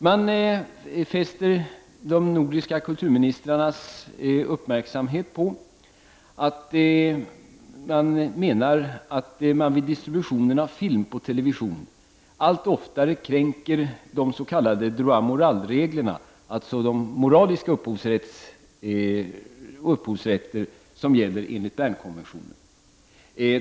De fäster de nordiska kulturministrarnas uppmärksamhet på att man enligt deras mening vid distributionen av film i television allt oftare kränker de s.k. droit moral-reglerna, alltså den moraliska upphovsrätt som gäller enligt Bernkonventionen.